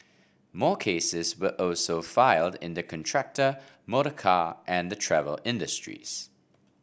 more cases were also filed in the contractor motorcar and the travel industries